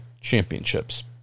championships